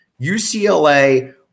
UCLA